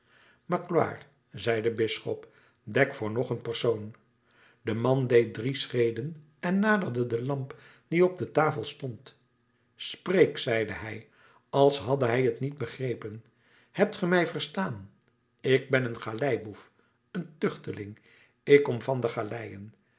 magloire zei de bisschop dek voor nog een persoon de man deed drie schreden en naderde de lamp die op de tafel stond spreek zeide hij als hadde hij t niet begrepen hebt ge mij verstaan ik ben een galeiboef een tuchteling ik kom van de galeien